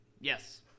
Yes